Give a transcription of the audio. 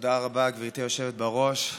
תודה רבה, גברתי היושבת-ראש.